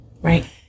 Right